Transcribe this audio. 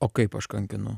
o kaip aš kankinu